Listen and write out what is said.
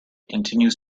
continues